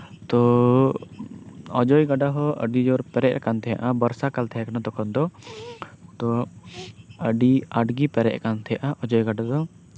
ᱛᱚ ᱚᱡᱚᱭ ᱜᱟᱰᱟ ᱦᱚᱸ ᱟᱰᱹᱤᱡᱳᱨ ᱯᱮᱨᱮᱡ ᱟᱠᱟᱱ ᱛᱟᱦᱮᱸᱱᱟ ᱵᱚᱨᱥᱟᱠᱟᱞ ᱛᱟᱦᱮᱸ ᱠᱟᱱᱟ ᱛᱚᱠᱷᱚᱱ ᱫᱚ ᱛᱚ ᱟᱹᱰᱤ ᱟᱸᱴᱜᱮ ᱯᱮᱨᱮᱡ ᱟᱠᱟᱱ ᱛᱟᱦᱮᱸᱱᱟ ᱚᱡᱚᱭ ᱜᱟᱰᱟ ᱫᱚ